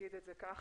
נגיד את זה ככה,